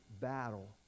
battle